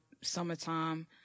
summertime